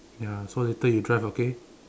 ya so later you drive okay